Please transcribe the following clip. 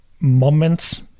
moments